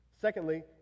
Secondly